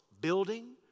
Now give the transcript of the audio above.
building